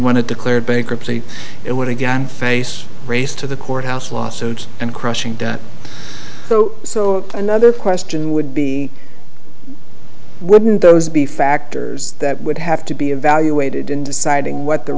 it declared bankruptcy it would again face race to the courthouse lawsuits and crushing debt so so another question would be wouldn't those be factors that would have to be evaluated in deciding what the